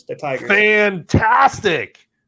Fantastic